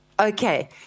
Okay